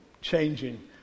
changing